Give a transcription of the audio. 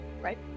right